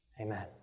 amen